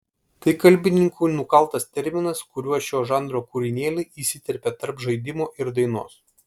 tai kalbininkų nukaltas terminas kuriuo šio žanro kūrinėliai įsiterpia tarp žaidimo ir dainos